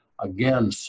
Again